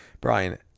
Brian